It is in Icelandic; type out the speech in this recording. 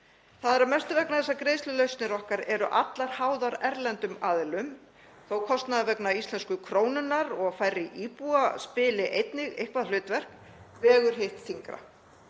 Það er að mestu vegna þess að greiðslulausnir okkar eru allar háðar erlendum aðilum og þó að kostnaður vegna íslensku krónunnar og færri íbúa leiki einnig eitthvert hlutverk vegur hitt þyngra.